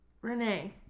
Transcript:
Renee